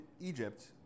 Egypt